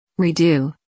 redo